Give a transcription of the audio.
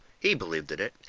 he believed in it,